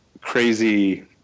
crazy